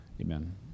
Amen